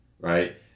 right